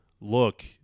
look